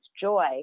joy